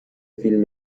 فیلم